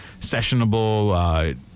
sessionable